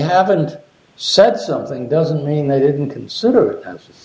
haven't said something doesn't mean they didn't consider